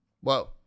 Whoa